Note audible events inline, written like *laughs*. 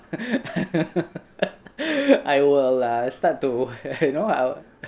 *laughs* I will start uh to you know uh